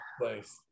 place